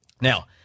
now